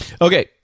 Okay